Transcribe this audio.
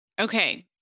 Okay